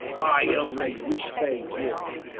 i only wish they would,